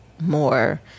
more